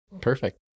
Perfect